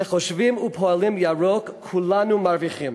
כשחושבים ופועלים ירוק, כולנו מרוויחים.